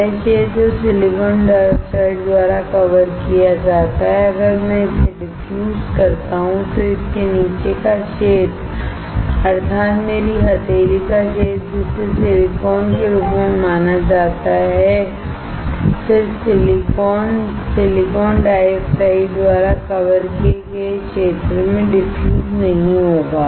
वह क्षेत्र जो सिलिकॉन डाइऑक्साइड द्वारा कवर किया जाता है अगर मैं इसे डिफ्यूज करता हूं तो इसके नीचे का क्षेत्र अर्थात मेरी हथेली का क्षेत्र जिसे सिलिकॉनके रूप में माना जाता है फिर सिलिकॉन सिलिकॉन डाइऑक्साइड द्वारा कवर किए गए क्षेत्र में डिफ्यूज नहीं होगा